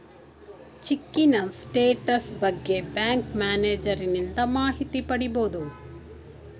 ಚಿಕ್ಕಿನ status ಬಗ್ಗೆ bank ಮ್ಯಾನೇಜರನಿಂದ ಮಾಹಿತಿ ಪಡಿಬೋದು